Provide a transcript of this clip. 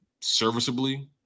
serviceably